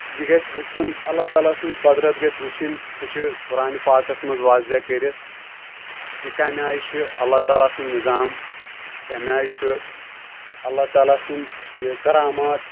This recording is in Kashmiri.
یہِ گژھِ وٕچھُن اللہ تعالیٰ سٕنٛز قۄدرَت گژھِ وٕچھِنۍ سُہ چھِ قۄرانہِ پاکَس منٛز واضیا کٔرِتھ کہِ کَمہِ آیہِ چھُ اللہ تعالیٰ سُنٛد نِظام کَمہِ آیہِ چھُ اللہ تعالیٰ سُنٛد یہِ کَرامات